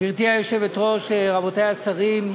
גברתי היושבת-ראש, רבותי השרים,